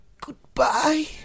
Goodbye